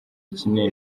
kinini